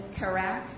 Karak